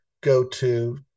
go-to